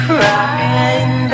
Crying